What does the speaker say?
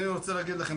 אני רוצה להגיד לכם,